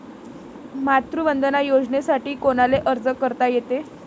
मातृवंदना योजनेसाठी कोनाले अर्ज करता येते?